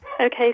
Okay